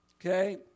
Okay